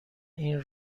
این